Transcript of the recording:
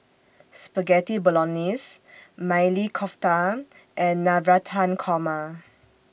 Spaghetti Bolognese Maili Kofta and Navratan Korma